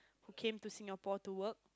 who came to Singapore to work